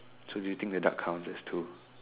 so do you think the duck count as two